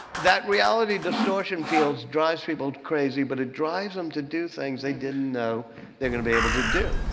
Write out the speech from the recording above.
that reality distortion field drives people crazy, but it drives them to do things they didn't know they're going to be able to do.